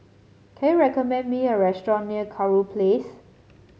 can you recommend me a restaurant near Kurau Place